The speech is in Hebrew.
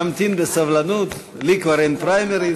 אין ממשלה, נמתין בסבלנות, לי כבר אין פריימריז.